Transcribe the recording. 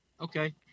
Okay